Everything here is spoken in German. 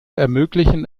ermöglichen